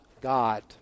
God